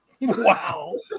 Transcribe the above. Wow